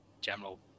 general